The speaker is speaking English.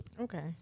Okay